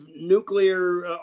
nuclear